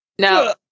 No